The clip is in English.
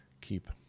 keep